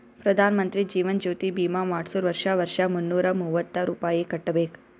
ಪ್ರಧಾನ್ ಮಂತ್ರಿ ಜೀವನ್ ಜ್ಯೋತಿ ಭೀಮಾ ಮಾಡ್ಸುರ್ ವರ್ಷಾ ವರ್ಷಾ ಮುನ್ನೂರ ಮೂವತ್ತ ರುಪಾಯಿ ಕಟ್ಬಬೇಕ್